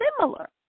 similar